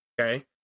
Okay